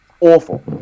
awful